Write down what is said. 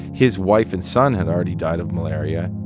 his wife and son had already died of malaria.